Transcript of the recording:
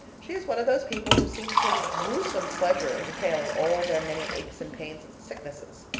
she is one of those people who seem to take a gruesome pleasure in detailing all their many aches and pains and sicknesses.